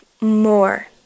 more